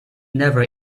never